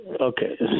Okay